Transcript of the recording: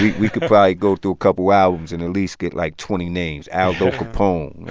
we could probably go through a couple albums and at least get, like, twenty names algo capone.